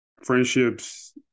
friendships